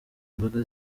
imbaga